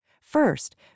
First